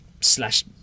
Slash